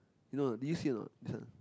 you know do you see or not this one